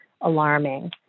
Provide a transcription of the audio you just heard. alarming